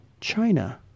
China